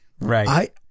Right